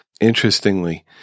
Interestingly